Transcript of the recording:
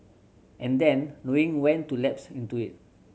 and then knowing when to lapse into it